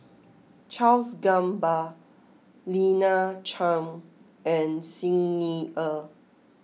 Charles Gamba Lina Chiam and Xi Ni Er